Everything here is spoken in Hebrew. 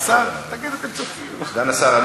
סגן השר,